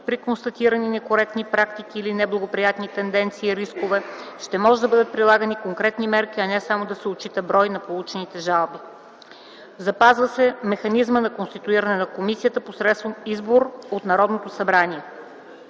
при констатиране на некоректни практики или неблагоприятни тенденции и рискове ще може да бъдат прилагани конкретни мерки, а не само да се отчита брой на получените жалби. Запазва се механизмът на конституиране на комисията посредством избор от Народното събрание.